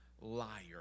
liar